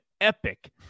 epic